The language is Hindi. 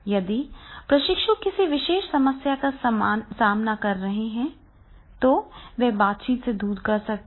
यदि प्रशिक्षु किसी विशेष समस्या का सामना कर रहे हैं तो वे बातचीत से दूर कर सकते हैं